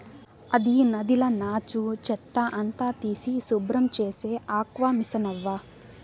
అది నదిల నాచు, చెత్త అంతా తీసి శుభ్రం చేసే ఆక్వామిసనవ్వా